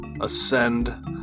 ascend